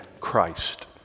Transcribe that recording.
Christ